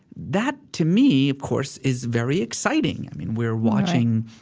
that, to me, of course, is very exciting. i mean, we're watching,